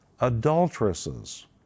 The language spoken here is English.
Adulteresses